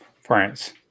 France